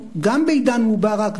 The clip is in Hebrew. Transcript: גם בעידן מובארק,